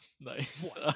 nice